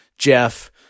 Jeff